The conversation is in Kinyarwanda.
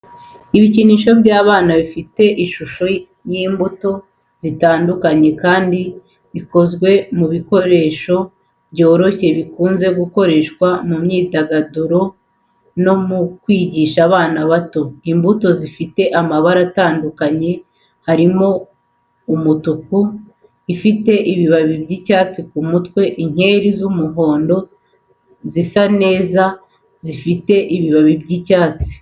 Ibikinisho by’abana bifite ishusho y’imbuto zitandukanye kandi bikozwe mu bikoresho byoroshye, bikunze gukoreshwa mu myidagaduro no mu kwigisha abana bato. Imbuto zifite amara atandukanye harimo umutuku, ifite ibibabi by’icyatsi ku mutwe. Inkeri z’umuhondo zisa neza zifite ibibabi by’icyatsi.